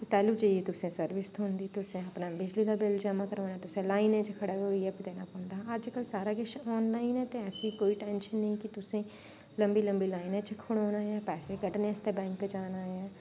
ते तैह्लूं जाइयै तुसें गी सर्विस थ्होंदी तुसें अपना बिजली दा बिल जमा कराना तुसें लाइनें च खड़ा होइयै बी देना पौंदा हा अजकल्ल सारा किश आनलाइन ऐ ते ऐसी कोई टैंंशन नेईं कि तुसें लम्बी लम्बी लाइनें च खड़ोना जां पैसे कड्डने आस्तै बैंक च जाना ऐ